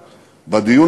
חזר.